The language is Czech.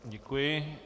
Děkuji.